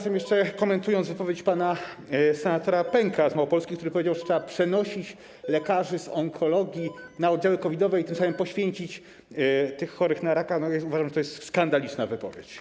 I jeszcze komentując wypowiedź pana senatora Pęka z Małopolski, który powiedział, że trzeba przenosić lekarzy z onkologii na oddziały COVID-owe i tym samym poświęcić tych chorych na raka - uważam, że to jest skandaliczna wypowiedź.